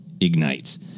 ignites